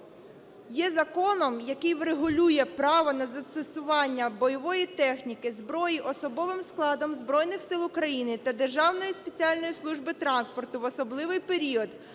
є законом, який врегулює право на застосування бойової техніки, зброї особовим складом Збройних Сил України та Державною спеціальною службою транспорту в особливий період,